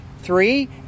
three